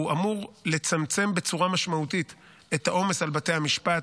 אמור לצמצם בצורה משמעותית את העומס על בתי המשפט,